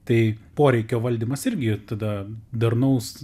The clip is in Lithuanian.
tai poreikio valdymas irgi tada darnaus